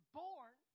born